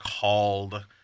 called